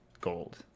gold